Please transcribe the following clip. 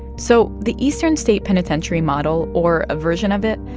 so the eastern state penitentiary model, or a version of it,